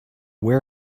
where